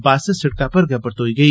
बस सड़कै पर गै परतोई गेई